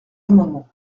amendement